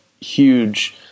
huge